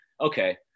Okay